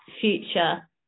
future